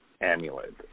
amulet